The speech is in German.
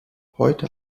heute